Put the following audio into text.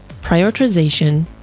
prioritization